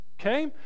okay